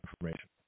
information